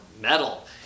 metal